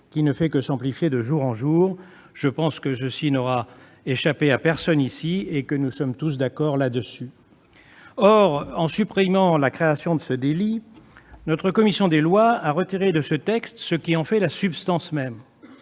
qui ne fait que s'amplifier de jour en jour. Je pense que ce constat n'aura échappé à personne ici et que nous sommes tous d'accord. Or, en supprimant la création de ce délit, la commission des lois a retiré de cette proposition de loi ce qui en fait la substance même.